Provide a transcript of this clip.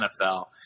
NFL